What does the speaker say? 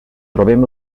trobem